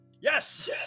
yes